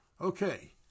Okay